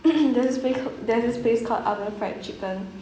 there's th~ there's this place called oven fried chicken